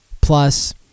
plus